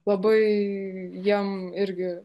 labai jiem irgi